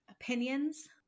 opinions